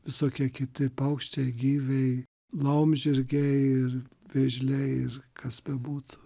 visokie kiti paukščiai gyviai laumžirgiai ir vėžliais ir kas bebūtų